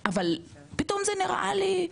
פתאום זה נראה לי,